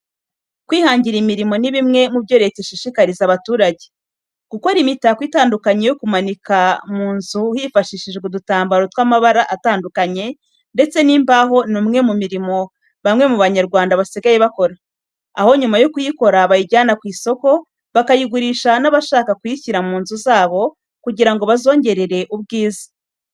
Kwihangira imirimo ni bimwe mu byo Leta ishishikariza abaturage. Gukora imitako itandukanye yo kumanika mu nzu hifashishijwe udutambaro tw'amabara atandukanye ndetse n'imbaho ni umwe mu mirimo bamwe mu banyarwanda basigaye bakora, aho nyuma yo kuyikora bayijyana ku isoko bakayigurisha n'abashaka kuyishyira mu nzu zabo kugira ngo bazongerere ubwiza.